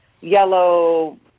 yellow